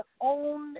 own